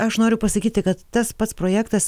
aš noriu pasakyti kad tas pats projektas